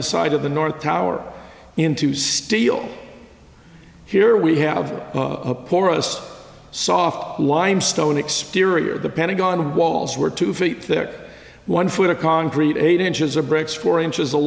the side of the north tower into steel here we have a porous soft limestone exterior the pentagon walls were two feet thick one foot of concrete eight inches or bricks four inches the